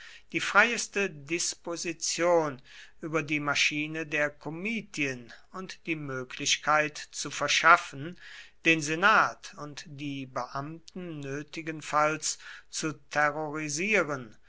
die freieste disposition über die maschine der komitien und die möglichkeit zu verschaffen den senat und die beamten nötigenfalls zu terrorisieren